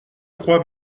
crois